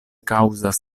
kaŭzas